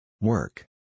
Work